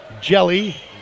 Jelly